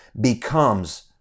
becomes